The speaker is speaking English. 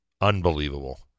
unbelievable